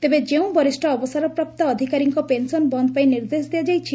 ତେବେ ଯେଉଁ ବରିଷ୍ ଅବସରପ୍ରାପ୍ତ ଅଧିକାରୀଙ୍କ ପେନ୍ସନ ବନ୍ଦ ପାଇଁ ନିର୍ଦ୍ଦେଶ ଦିଆଯାଇଛି